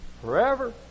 forever